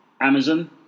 Amazon